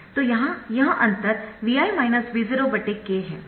तो यहाँ यह अंतर Vi V0 k है